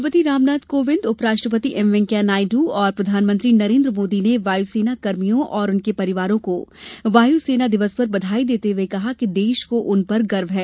राष्ट्रपति रामनाथ कोविंद उप राष्ट्रपति एम वेंकैया नायडू और प्रधानमंत्री नरेन्द्र मोदी ने वायु सेना कर्मियों और उनके परिवारों को वायू सेना दिवस पर बधाई देते हुए कहा है कि देश को उन पर गर्व है